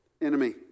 enemy